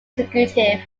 executive